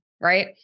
Right